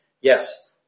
yes